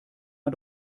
man